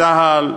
צה"ל,